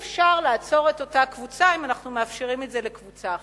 ואי-אפשר לעצור את אותה קבוצה אם אנחנו מאפשרים את זה לקבוצה אחרת,